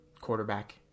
quarterback